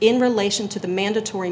in relation to the mandatory